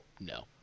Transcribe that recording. no